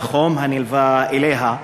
והחום הנלווה אליה,